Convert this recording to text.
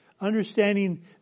understanding